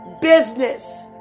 Business